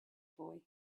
boy